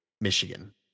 Michigan